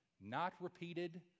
not-repeated